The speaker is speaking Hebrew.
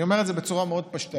אני אומר את זה בצורה מאוד פשטנית,